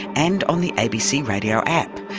and on the abc radio app.